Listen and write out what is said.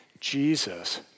Jesus